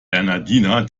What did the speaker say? bernhardiner